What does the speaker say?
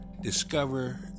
discover